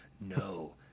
No